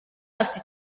afite